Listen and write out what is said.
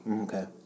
Okay